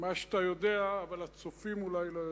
מה שאתה יודע, אבל הצופים אולי לא יודעים.